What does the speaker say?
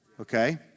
Okay